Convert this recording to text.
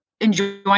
enjoying